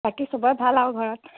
বাকী সবৰে ভাল আৰু ঘৰত